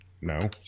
No